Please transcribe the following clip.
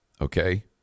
okay